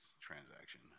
transaction